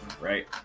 Right